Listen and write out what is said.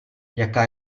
jaká